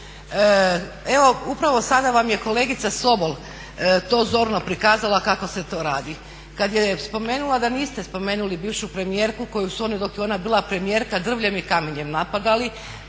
Evo upravo sada vam je kolegica Sobol to zorno prikazala kako se to radi kad je spomenula da niste spomenuli bivšu premijerku koju su oni dok je ona bila premijerka drvljem i kamenjem napadali,